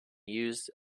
used